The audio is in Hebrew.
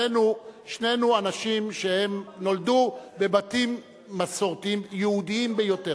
שנינו אנשים שנולדו בבתים מסורתיים יהודיים ביותר,